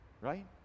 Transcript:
right